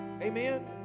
Amen